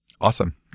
Awesome